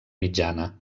mitjana